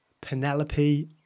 Penelope